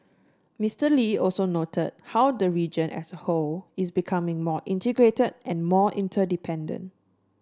Mister Lee also noted how the region as a whole is becoming more integrated and more interdependent